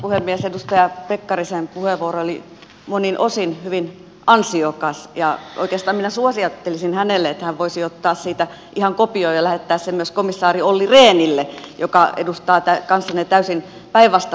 edustaja pekkarisen puheenvuoro oli monin osin hyvin ansiokas ja oikeastaan minä suosittelisin hänelle että hän voisi ottaa siitä ihan kopion ja lähettää sen myös komissaari olli rehnille joka edustaa kanssanne täysin päinvastaista linjaa